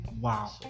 wow